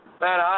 Man